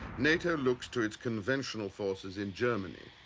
nato looks to its conventional forces in germany.